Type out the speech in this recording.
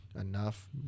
enough